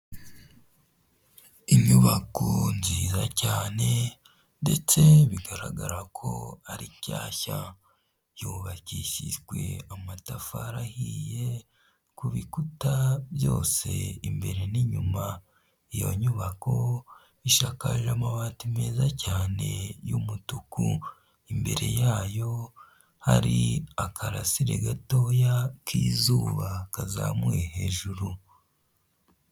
Inyubako nziza cyane ndetse bigaragara ko ari shyashya. Yubakishijwe amatafari ahiye ku bikuta byose imbere n'inyuma. Iyo nyubako ishakaje amabati meza cyane y'umutuku. Imbere yayo hari akarasire gatoya k'izuba kazamuye hejuru.